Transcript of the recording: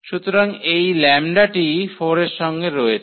সুতরাং এই λ টি 4 এর সঙ্গে রয়েছে